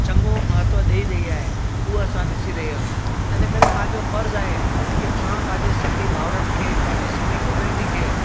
चङो महत्वु ॾेई रही आहे उहो असां ॾिसी रहिया आहियूं त इनकरे पंहिंजो फ़र्जु आहे की पाणि पंहिंजे सिंधी भावरनि खे पंहिंजे सिंधी कम्यूनिटी खे